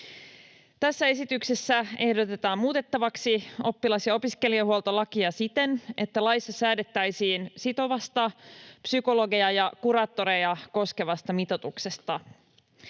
Tässä esityksessä ehdotetaan muutettavaksi oppilas‑ ja opiskelijahuoltolakia siten, että laissa säädettäisiin sitovasta psykologeja ja kuraattoreja koskevasta mitoituksesta.